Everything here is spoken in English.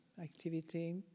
activity